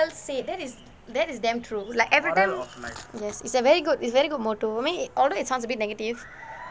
well said that is that is damn true like every time it's a very good very good motto I mean although it sounds a bit negative